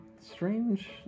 Strange